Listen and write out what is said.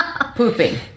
Pooping